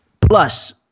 plus